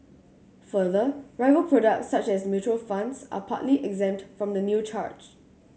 further rival products such as mutual funds are partly exempt from the new charge